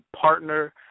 partner